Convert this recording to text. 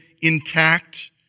intact